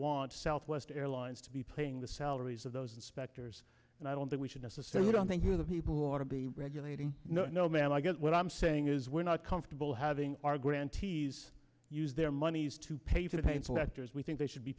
want southwest airlines to be paying the salaries of those inspectors and i don't think we should necessarily don't think we're the people who ought to be regulating no no man i guess what i'm saying is we're not comfortable having our grantees use their money to pay for the same factors we think they should be